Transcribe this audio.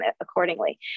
accordingly